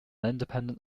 independent